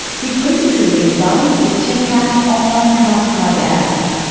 he flew to silicon valley to check out online classified ads.